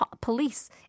police